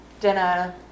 dinner